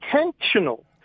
intentional